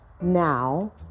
now